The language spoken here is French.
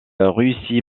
réussit